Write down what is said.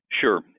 Sure